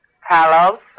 Hello